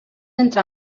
entre